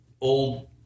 old